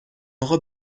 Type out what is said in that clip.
اقا